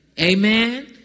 Amen